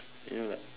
you know like